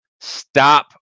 Stop